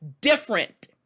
different